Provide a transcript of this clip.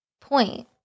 point